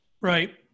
Right